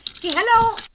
hello